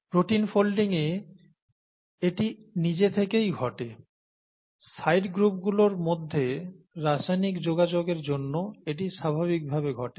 protein ফোল্ডিংয়ে এটি নিজেথেকেই ঘটে সাইড গ্রুপগুলোর মধ্যে রাসায়নিক যোগাযোগের জন্য এটি স্বাভাবিকভাবে ঘটে